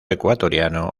ecuatoriano